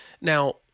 now